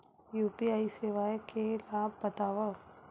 UPI सेवाएं के लाभ बतावव?